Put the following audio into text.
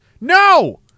No